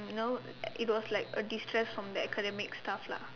know it was like a destress from that academic stuff lah